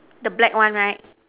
the black one right